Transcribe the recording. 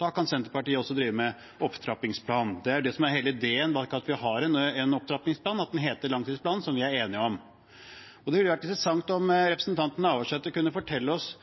Da kan Senterpartiet også drive med opptrappingsplan. Det er det som er hele ideen bak at vi har en opptrappingsplan – at den heter langtidsplan – som vi er enige om. Det ville være interessant om